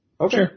Okay